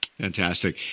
Fantastic